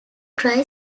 dry